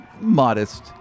modest